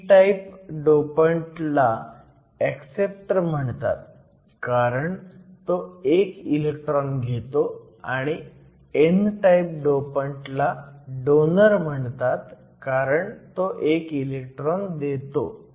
p type डोपंटला acceptor म्हणतात कारण तो एक इलेक्ट्रॉन घेतो आणि n टाईप डोपंटला डोनर म्हणतात कारण तो एक इलेट्रॉन देतो